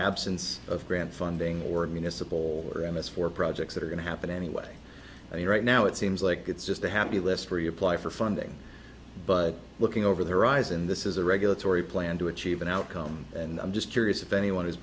absence of grant funding or a municipal or emmett's for projects that are going to happen anyway i mean right now it seems like it's just a happy list where you apply for funding but looking over their eyes and this is a regulatory plan to achieve an outcome and i'm just curious if anyone has